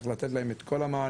צריך לתת להם את כל המענים,